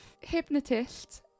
Hypnotist